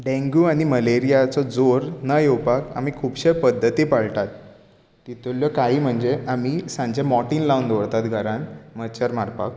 dengue आनी मलेरियाचो जोर न येवपाक आमी खुबशे पद्दती पाळटात तितूंतल्यो कायी म्हणजे आमी सांजें मोर्टीन लावन दवरतात घरांत मच्छर मारपाक